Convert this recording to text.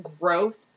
growth